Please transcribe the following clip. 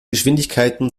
geschwindigkeiten